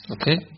Okay